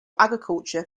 agriculture